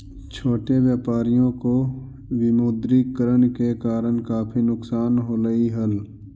छोटे व्यापारियों को विमुद्रीकरण के कारण काफी नुकसान होलई हल